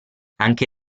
anche